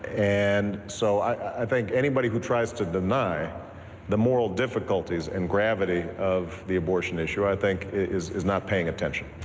and so i think anybody who tries to deny the moral difficulties and gravity of the abortion issue, i think, is is not paying attention.